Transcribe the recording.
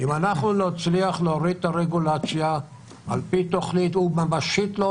על פי תוכנית ממשית,